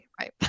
right